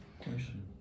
Question